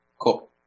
cool